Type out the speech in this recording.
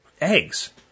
eggs